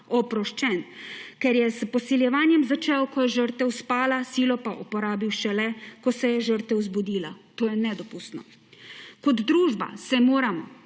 Oproščen, ker je s posiljevanjem začel, ko je žrtev spala, silo pa uporabil šele, ko se je žrtev zbudila. To je nedopustno. Kot družba se moramo,